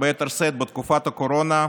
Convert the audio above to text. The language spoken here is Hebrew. וביתר שאת בתקופת הקורונה,